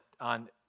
on